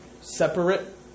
separate